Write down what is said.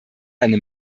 eine